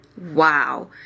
Wow